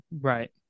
Right